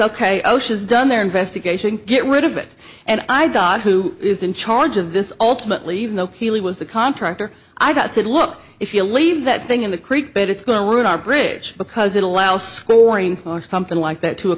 osha's done their investigation get rid of it and i don who is in charge of this ultimately even though he was the contractor i got said look if you leave that thing in the creek bed it's going to ruin our bridge because it allows scoring or something like that to a